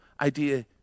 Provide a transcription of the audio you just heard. idea